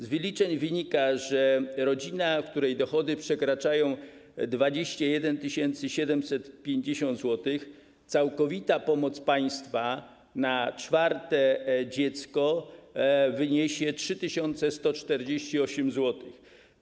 Z wyliczeń wynika, że dla rodziny, której dochody przekraczają 21 750 zł całkowita pomoc państwa na czwarte dziecko wyniesie 3148 zł.